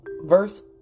Verse